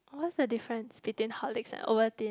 always the difference between Horlicks and Ovaltine